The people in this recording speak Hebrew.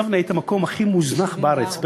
יבנה הייתה המקום הכי מוזנח בארץ,